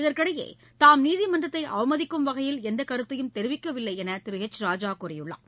இதற்கிடையே வகையில் நீதிமன்றத்தைஅவமதிக்கும் எந்தகருத்தையும் தெரிவிக்கவில்லைஎன்றுதிருஹெச் ராஜாகூறியுள்ளார்